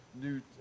new